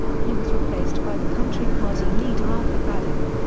he was replaced by the country party leader arthur fadden.